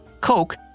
Coke